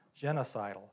genocidal